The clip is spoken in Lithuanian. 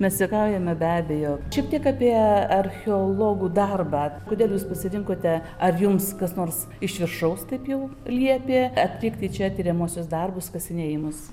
mes juokaujame be abejo šiek tiek apie archeologų darbą kodėl jūs pasirinkote ar jums kas nors iš viršaus taip jau liepė atlikti čia tiriamuosius darbus kasinėjimus